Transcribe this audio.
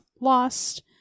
Lost